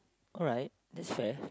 alright that's fair